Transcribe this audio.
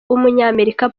w’umunyamerika